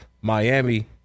Miami